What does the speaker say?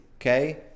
Okay